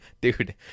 dude